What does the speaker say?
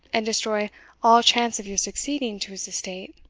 and destroy all chance of your succeeding to his estate.